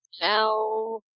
Now